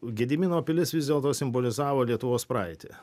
gedimino pilis vis dėlto simbolizavo lietuvos praeitį